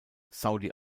saudi